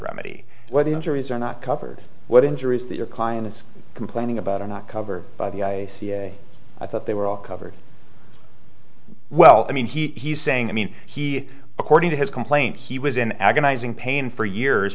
the injuries are not covered what injuries that your client is complaining about are not covered by the cia i thought they were all covered well i mean he's saying i mean he according to his complaint he was in agonizing pain for years